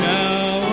now